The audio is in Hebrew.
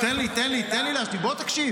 תן לי להשלים, בוא תקשיב.